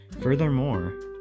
Furthermore